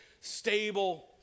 stable